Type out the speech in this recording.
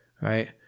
right